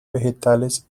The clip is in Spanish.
vegetales